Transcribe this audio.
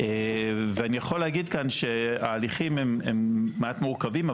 ואני יכול להגיד כאן שההליכים הם מעט מורכבים,